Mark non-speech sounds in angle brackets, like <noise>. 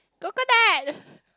coconut <breath>